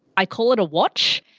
i call it a watch,